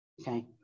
Okay